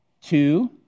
two